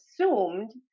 assumed